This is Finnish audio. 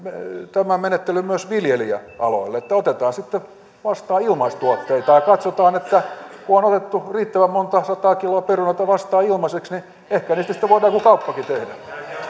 menettelyn myös viljelijäaloilla että otetaan sitten vastaan ilmaistuotteita ja katsotaan että kun on otettu riittävän monta sataa kiloa perunoita vastaan ilmaiseksi niin ehkä niistä sitten voidaan joku kauppakin tehdä